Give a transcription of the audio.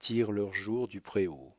tirent leur jour du préau